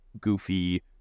goofy